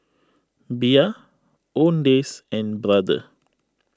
Bia Owndays and Brother